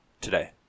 today